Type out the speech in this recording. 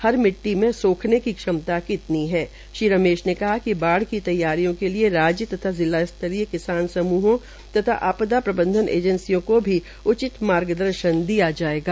हर मिट्टी मे सोखने की क्षमता कितनी है श्री रमेश ने कहा कि बाढ़ की तैयारियों के लिए राज्य तथा जिला स्त्रीय किसान समूहों तथा आपदा प्रबंधन एजेंसियों को भी उचित मार्गदर्शन दिया जायेगा